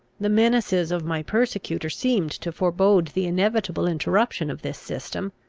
the menaces of my persecutor seemed to forebode the inevitable interruption of this system.